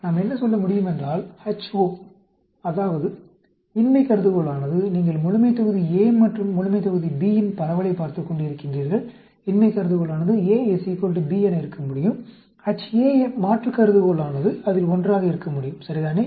நாம் என்ன சொல்ல முடியுமென்றால் Ho அதாவது இன்மை கருதுகோளானது நீங்கள் முழுமைத்தொகுதி A மற்றும் முழுமைத்தொகுதி B யின் பரவலைப் பார்த்துக்கொண்டு இருக்கின்றீர்கள் இன்மை கருதுகோளானது A B என இருக்க முடியும் Ha மாற்று கருதுகோளானது அதில் ஒன்றாக இருக்க முடியும் சரிதானே